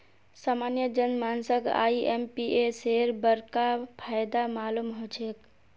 सामान्य जन मानसक आईएमपीएसेर बडका फायदा मालूम ह छेक